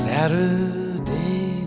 Saturday